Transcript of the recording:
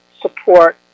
support